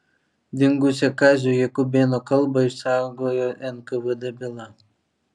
dingusią kazio jakubėno kalbą išsaugojo nkvd byla